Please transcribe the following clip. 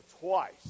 twice